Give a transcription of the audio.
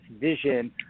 vision